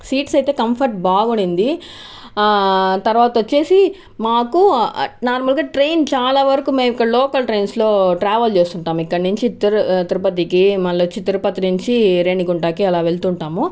seats ఐతే comfort బాగునింది తర్వాత వచ్చేసి మాకు నార్మల్ గా ట్రైన్ చాలా వరకు మేము ఇక్కడ లోకల్ ట్రైన్స్ లో ట్రావెల్ చేస్తుంటాను చేస్తుంటాము ఇక్కడ నుంచి తిరుపతికి మల్ల వచ్చి తిరుపతి నుంచి రేణిగుంటకి అలా వెళ్తుంటాము